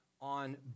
on